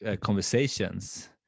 conversations